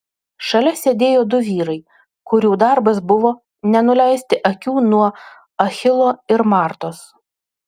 šalia sėdėjo du vyrai kurių darbas buvo nenuleisti akių nuo achilo ir martos